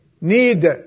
need